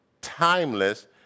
timeless